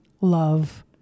love